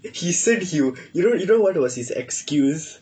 he said he would you know you know what was his excuse